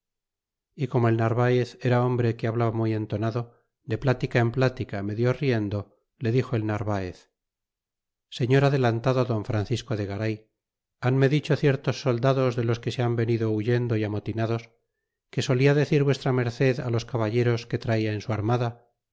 y como el narvaez erahombre que hablaba muy entonado de plática en plática medio riendo le dixo elnarvaez señor adelantado don francisco de garay hanme dicho ciertos soldados de los que se han venido huyendo y amotinados que solia decir v m fllos caballeros que traia en su armada